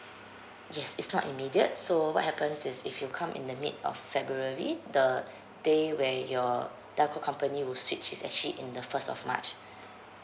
yes it's not immediate so what happens is if you come in the mid of february the day where your telco company will switch is actually in the first of march